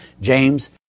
James